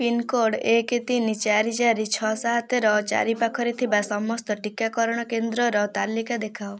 pincode ଏକ ତିନି ଚାରି ଚାରି ଛଅ ସାତର ଚାରିପାଖରେ ଥିବା ସମସ୍ତ ଟିକାକରଣ କେନ୍ଦ୍ରର ତାଲିକା ଦେଖାଅ